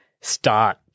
start